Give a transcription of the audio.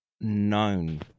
known